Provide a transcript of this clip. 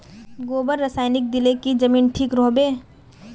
गोबर रासायनिक दिले की जमीन ठिक रोहबे?